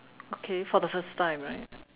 okay for the first time right